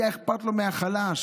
היה אכפת לו מהחלש.